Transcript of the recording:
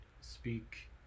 speak